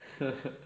!huh!